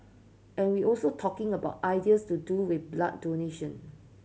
and we also talking about ideas to do with blood donation